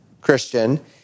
Christian